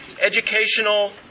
educational